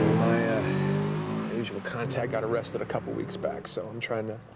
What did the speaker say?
ah my ah my usual contact got arrested a couple weeks back, so i'm trying to